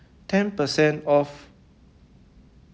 ten percent off